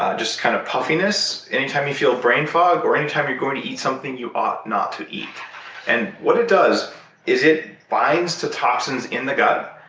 ah just kind of puffiness, anytime you feel brain fog, or anytime you're going to eat something you ought not to eat and what it does is it binds to toxins in the gut,